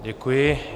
Děkuji.